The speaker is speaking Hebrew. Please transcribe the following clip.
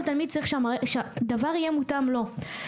כל תלמיד צריך שהדבר יהיה מותאם לו.